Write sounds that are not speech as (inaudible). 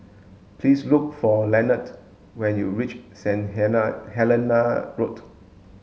please look for Leonard when you reach Saint (unintelligible) Helena Road